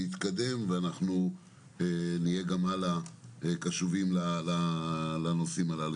להתקדם ואנחנו נהיה גם בהמשך קשובים לנושאים הללו.